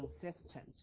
consistent